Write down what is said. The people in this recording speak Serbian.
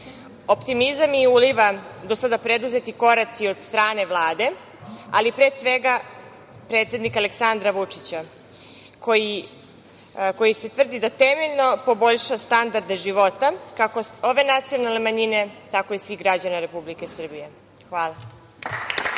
mi uliva do sada preduzeti koraci od strane Vlade, ali pre svega predsednika Aleksandra Vučića, koji se trudi da temeljno poboljša standarde života, kako ove nacionalne manjine, tako i svih građana Republike Srbije. Hvala.